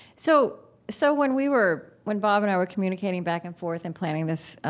so so, when we were when bob and i were communicating back and forth and planning this,